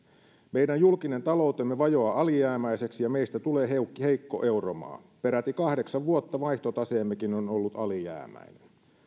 meidän julkinen taloutemme vajoaa alijäämäiseksi ja meistä tulee heikko euromaa peräti kahdeksan vuotta vaihtotaseemmekin on ollut alijäämäinen